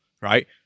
right